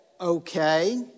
okay